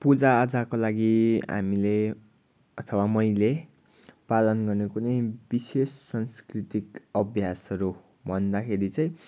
पूजाआजाको लागि हामीले अथवा मैले पालन गर्ने कुनै विशेष सांस्कृतिक अभ्यासहरू भन्दाखेरि चाहिँ